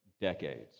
decades